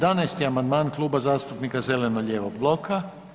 11. amandman Kluba zastupnika zeleno-lijevog bloka.